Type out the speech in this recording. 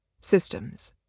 systems